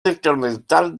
desconectar